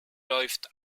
läuft